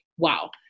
Wow